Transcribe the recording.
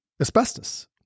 asbestos